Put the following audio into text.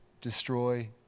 destroy